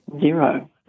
zero